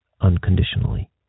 unconditionally